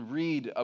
read